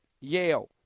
Yale